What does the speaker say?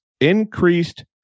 increased